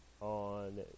On